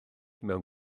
mewn